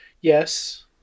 yes